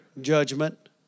judgment